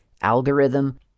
algorithm